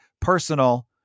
personal